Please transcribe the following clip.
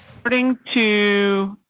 putting to.